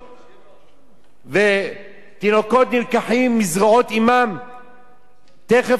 ותינוקות נלקחים מזרועות אמם תיכף לאחר הלידה,